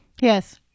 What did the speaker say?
Yes